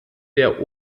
der